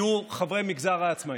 יהיו חברי מגזר העצמאים.